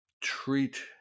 treat